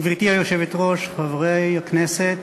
גברתי היושבת-ראש, חברי הכנסת,